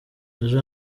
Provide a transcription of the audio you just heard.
ejo